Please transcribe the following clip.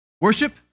worship